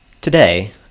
Today